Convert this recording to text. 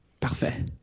Parfait